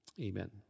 Amen